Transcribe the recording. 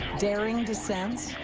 daring descents,